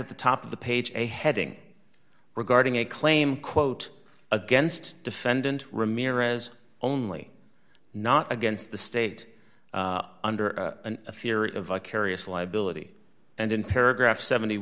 at the top of the page a heading regarding a claim quote against defendant ramirez only not against the state under a fear of vicarious liability and in paragraph seventy